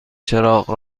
چراغ